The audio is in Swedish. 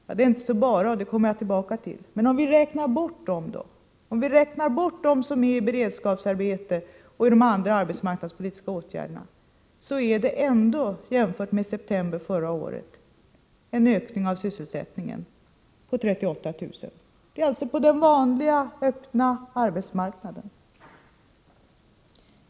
Ja, det är inte så bara — och det kommer jag tillbaka till - men om vi räknar bort dem som är i beredskapsarbete och berörs av andra arbetsmarknadspolitiska åtgärder, är det ändå en ökning av sysselsättningen med 38 000 jämfört med september förra året — på den vanliga, öppna arbetsmarknaden.